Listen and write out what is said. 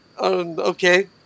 Okay